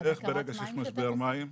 ברגע שיש משבר מים,